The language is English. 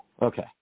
Okay